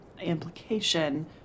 implication